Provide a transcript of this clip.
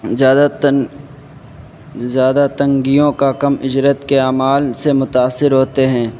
زیادہ تن زیادہ تنگیوں کا کم اجرت کے اعمال سے متاثر ہوتے ہیں